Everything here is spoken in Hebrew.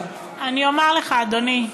אומר לך, אדוני.